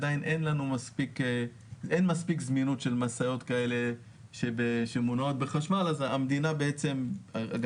עדיין אין מספיק זמינות של משאיות שמונעות בחשמל ולכן המשרד להגנת